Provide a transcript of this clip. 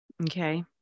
Okay